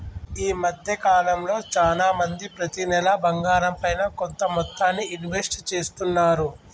ఈ మద్దె కాలంలో చానా మంది ప్రతి నెలా బంగారంపైన కొంత మొత్తాన్ని ఇన్వెస్ట్ చేస్తున్నారు